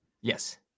Yes